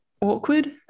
awkward